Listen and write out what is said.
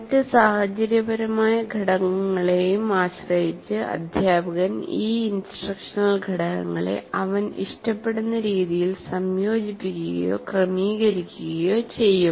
മറ്റ് സാഹചര്യപരമായ ഘടകങ്ങളെയും ആശ്രയിച്ച് അധ്യാപകൻ ഈ ഇൻസ്ട്രക്ഷണൽ ഘടകങ്ങളെ അവൻ ഇഷ്ടപ്പെടുന്ന രീതിയിൽ സംയോജിപ്പിക്കുകയോ ക്രമീകരിക്കുകയോ ചെയ്യും